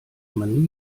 man